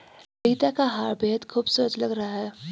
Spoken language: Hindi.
रीता का हार बेहद खूबसूरत लग रहा है